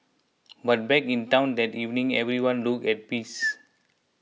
but back in town that evening everyone looked at peace